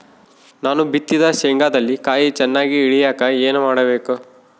ನಾನು ಬಿತ್ತಿದ ಶೇಂಗಾದಲ್ಲಿ ಕಾಯಿ ಚನ್ನಾಗಿ ಇಳಿಯಕ ಏನು ಮಾಡಬೇಕು?